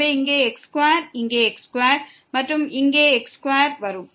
எனவே இங்கே x2 இங்கே x2 மற்றும் இங்கே x2 வரும்